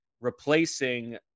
replacing